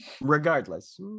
regardless